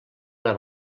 les